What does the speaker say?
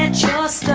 charles?